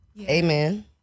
Amen